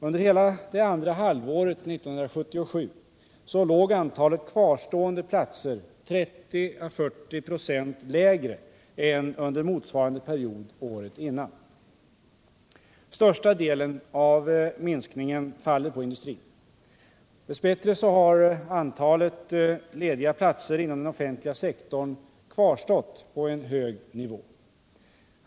Under hela det andra halvåret 1977 låg antalet kvarstående platser 30-40 96 lägre än under motsvarande period året innan. Största delen av minskningen faller på industrin. Dess bättre har antalet lediga platser inom den offentliga sektorn kvarstått på en hög nivå.